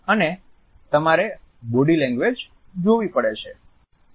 અને તમારે body language જોવી પડે છે